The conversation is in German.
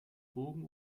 bogen